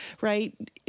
right